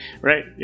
right